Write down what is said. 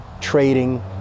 trading